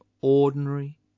ordinary